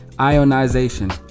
Ionization